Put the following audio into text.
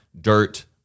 dirt